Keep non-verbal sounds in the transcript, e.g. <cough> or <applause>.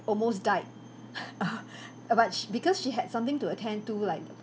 almost died <laughs> uh but sh~ because she had something to attend to like